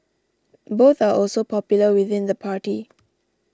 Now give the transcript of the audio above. both are also popular within the party